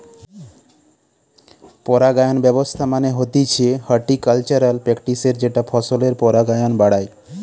পরাগায়ন ব্যবস্থা মানে হতিছে হর্টিকালচারাল প্র্যাকটিসের যেটা ফসলের পরাগায়ন বাড়ায়